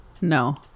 No